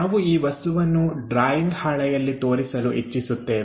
ನಾವು ಈ ವಸ್ತುವನ್ನು ಡ್ರಾಯಿಂಗ್ ಹಾಳೆಯಲ್ಲಿ ತೋರಿಸಲು ಇಚ್ಚಿಸುತ್ತೇವೆ